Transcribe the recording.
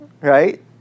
right